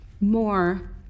more